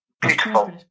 beautiful